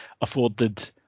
afforded